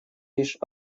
лишь